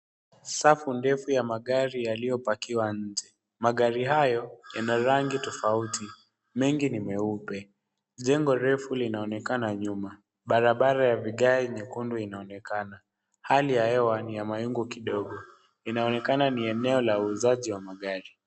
Safu ndefu ya magari yaliyopakiwa nje. Magari hayo yana rangi tofauti. Mengi ni meupe. Jengo refu linaonekana nyuma. Barabara ya vigae nyekundu inaonekana. Hali ya hewa ni ya mawingu kidogo. Inaonekana ni eneo la uuzaji wa magari.